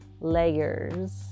layers